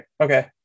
okay